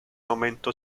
aumento